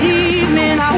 evening